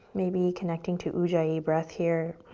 maybe connecting to ujjayi breath here.